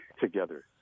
together